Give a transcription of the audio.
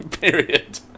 Period